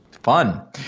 Fun